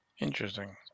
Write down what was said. Interesting